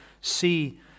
see